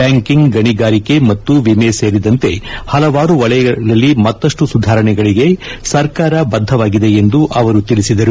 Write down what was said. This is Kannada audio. ಬ್ಲಾಂಕಿಂಗ್ ಗಣಿಗಾರಿಕೆ ಮತ್ತು ವಿಮೆ ಸೇರಿದಂತೆ ಪಲವಾರು ವಲಯಗಳಲ್ಲಿ ಮತ್ತಪ್ಪು ಸುಧಾರಣೆಗಳಿಗೆ ಸರ್ಕಾರ ಬದ್ದವಾಗಿದೆ ಎಂದು ಅವರು ತಿಳಿಸಿದರು